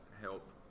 help